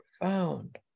profound